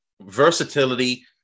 Versatility